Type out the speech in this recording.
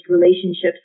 relationships